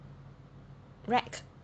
rack